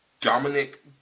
Dominic